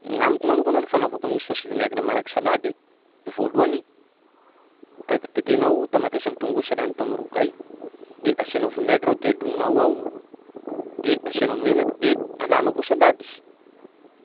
Gn'amiko manokana aloha fanaovako ny saosy vinaigra maraky salady voalohany ta- tetehinao tamatesy am'tongolo sahalan'ny ataonao rogay, de asianao vinaigra ao de alogninao ao, de asianao menaky de alanao koa salady s-